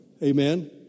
Amen